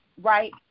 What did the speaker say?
right